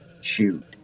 shoot